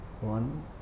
One